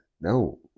no